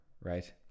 right